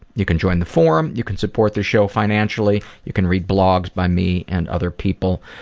you can join the forum. you can support the show financially. you can read blogs by me and other people.